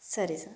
ಸರಿ ಸ